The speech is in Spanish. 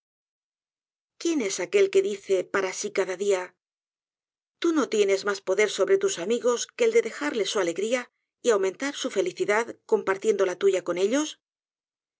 quién es aquel que dice para si cada día tú no tienes mas poder sobre tus amigos que el de dejarles su alegría y aumentar su felicidad compartiendo la tuya con ellos